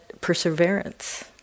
perseverance